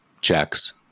checks